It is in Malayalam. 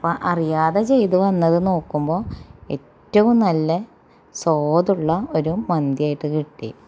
അപ്പോൾ അറിയാതെ ചെയ്ത് വന്നത് നോക്കുമ്പോൾ ഏറ്റവും നല്ല സ്വാദുള്ള ഒര് മന്തിയായിട്ട് കിട്ടി